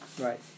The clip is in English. right